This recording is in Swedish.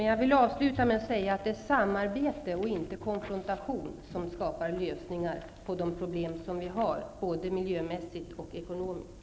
Jag vill avsluta med att säga att det är samarbete och inte konfrontation som skapar lösningar på de problem som vi har både miljömässigt och ekonomiskt.